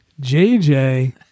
JJ